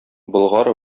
болгар